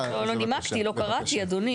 עוד לא נימקי, עוד לא קראתי, אדוני.